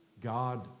God